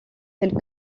tels